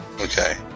Okay